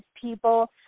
people